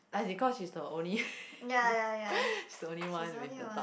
as in cause she's the only she's the only one with the dog